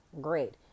great